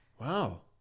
Wow